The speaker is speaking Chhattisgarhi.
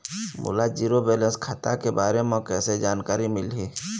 मोला जीरो बैलेंस खाता के बारे म कैसे जानकारी मिलही?